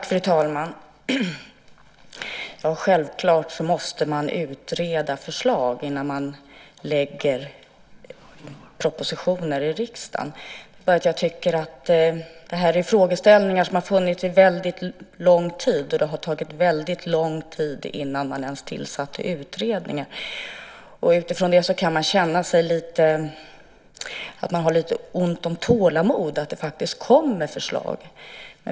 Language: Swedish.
Fru talman! Självklart måste man utreda förslag innan man lägger fram propositioner i riksdagen. Men dessa frågeställningar har funnits under lång tid, och det tog lång tid innan man ens tillsatte utredningen. Därför kan det kännas som att tålamodet avtar när det inte kommer förslag.